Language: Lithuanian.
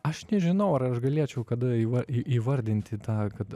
aš nežinau ar aš galėčiau kada įva įvardinti tą kad